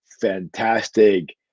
fantastic